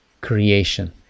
creation